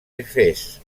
efes